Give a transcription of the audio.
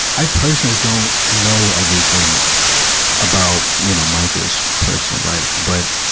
i personally don't know everything about, you know, michael's personal life. but,